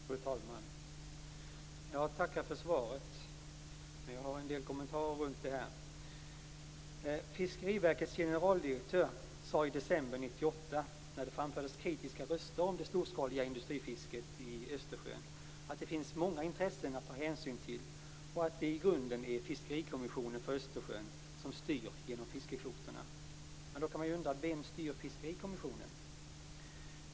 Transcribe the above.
Fru talman! Jag tackar för svaret men har en del kommentarer kring detta. 1998, när det framfördes kritiska röster kring det storskaliga industrifisket i Östersjön, att det finns många intressen att ta hänsyn till och att det i grunden är Fiskerikommissionen för Östersjön som styr genom fiskekvoterna. Då kan man undra: Vem styr Fiskerikommissionen?